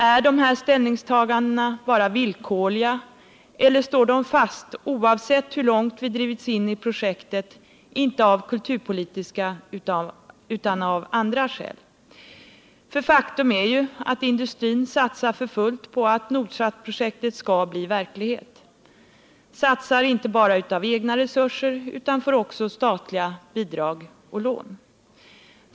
Är dessa ställningstaganden bara villkorliga, eller står de fast, oavsett hur långt vi drivits in i projektet inte av kulturpolitiska utan av andra skäl? Faktum är ju att industrin satsar för fullt på att Nordsat-projektet skall bli verklighet — satsar inte bara av egna resurser utan får också statliga bidrag och lån.